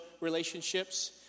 relationships